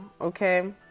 Okay